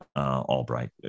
Albright